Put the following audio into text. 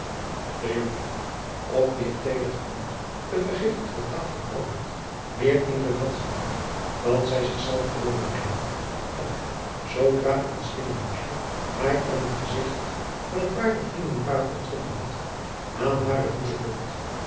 de jonkvrouw op wier teder gemoed de vergiftigde taal van elbert meer indruk had gemaakt dan zij zichzelve wilde bekennen gaf zoodra een slingerboschje haar aan het gezigt van het waardig vriendenpaar onttrokken had aan haren boezem lucht